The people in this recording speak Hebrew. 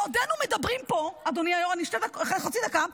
בעודנו מדברים פה, אדוני היו"ר, חצי דקה.